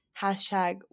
hashtag